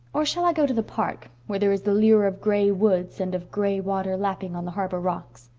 or shall i go to the park, where there is the lure of gray woods and of gray water lapping on the harbor rocks?